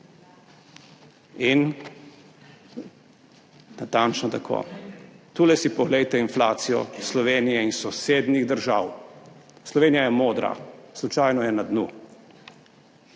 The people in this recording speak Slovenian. In natančno tako / projekcija/, tukaj si poglejte inflacijo Slovenije in sosednjih držav. Slovenija je modra, slučajno je na dnu,